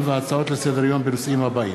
ודיונים בהצעות לסדר-היום בנושאים האלה: